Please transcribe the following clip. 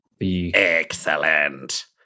Excellent